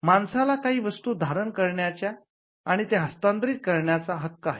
माणसाला काही वस्तू धारण करण्याच्या आणि त्या हस्तांतरित करण्याचा हक्क आहे